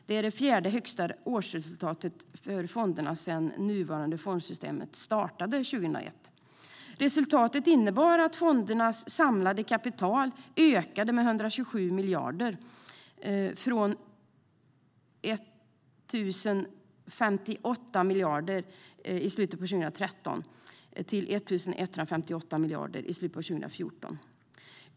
Det är det fjärde högsta årsresultatet för fonderna sedan det nuvarande fondsystemet startade 2001. Resultatet innebar att fondernas samlade kapital ökade med 127 miljarder, från 1 058 miljarder i slutet av 2013 till 1 185 miljarder i slutet av 2014.